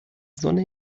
sonne